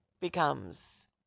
becomes